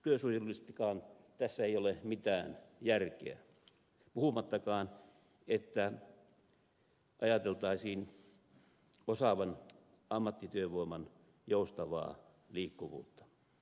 työsuojelullisestikaan tässä ei ole mitään järkeä puhumattakaan että ajateltaisiin osaavan ammattityövoiman joustavaa liikkuvuutta